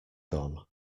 gone